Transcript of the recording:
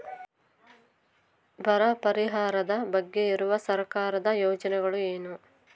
ಬರ ಪರಿಹಾರದ ಬಗ್ಗೆ ಇರುವ ಸರ್ಕಾರದ ಯೋಜನೆಗಳು ಏನು?